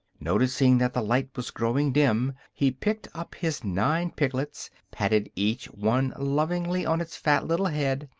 noticing that the light was growing dim he picked up his nine piglets, patted each one lovingly on its fat little head,